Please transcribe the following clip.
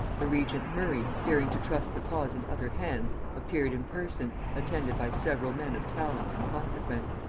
the regent murray, fearing to trust the cause in other hands, appeared in person, attended by several men of talent and consequence.